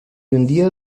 hundía